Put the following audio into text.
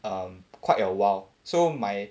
um quite a while so my